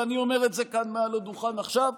ואני אומר את זה כאן מעל הדוכן עכשיו,